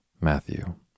Matthew